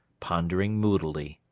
pondering moodily.